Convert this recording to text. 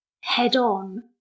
head-on